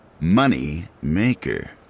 Moneymaker